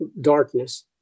darkness